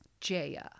Jaya